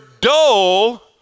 dull